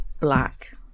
black